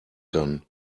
kann